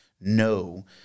no